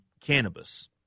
cannabis